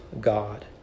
God